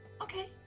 Okay